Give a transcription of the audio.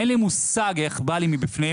אין לי מושג איך בא לי מבפנים,